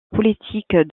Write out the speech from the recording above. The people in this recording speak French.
politique